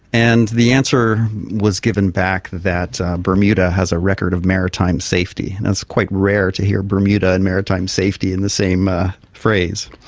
and the answer was given back that bermuda has a record of maritime safety. it's quite rare to hear bermuda and maritime safety in the same phrase.